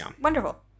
wonderful